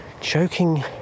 Choking